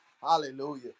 Hallelujah